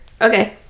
okay